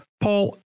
Paul